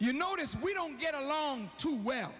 if you notice we don't get along too well